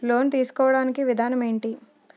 Loan తీసుకోడానికి విధానం ఏంటి?